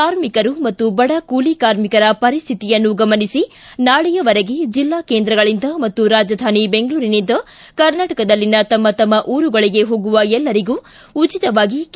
ಕಾರ್ಮಿಕರು ಮತ್ತು ಬಡ ಕೂಲ ಕಾರ್ಮಿಕರ ಪರಿಸ್ಥಿತಿಯನ್ನು ಗಮನಿಸಿ ನಾಳೆಯವರೆಗೆ ಜಿಲ್ಲಾ ಕೇಂದ್ರಗಳಿಂದ ಮತ್ತು ರಾಜಧಾನಿ ಬೆಂಗಳೂರಿನಿಂದ ಕರ್ನಾಟಕದಲ್ಲಿನ ತಮ್ಮ ತಮ್ಮ ಊರುಗಳಿಗೆ ಹೋಗುವ ಎಲ್ಲರಿಗೂ ಉಚಿತವಾಗಿ ಕೆ